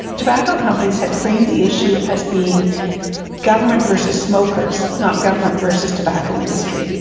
tobacco companies had framed the issue as being government versus smokers, not government versus tobacco industry.